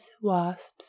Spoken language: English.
WASPS